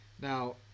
Now